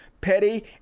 petty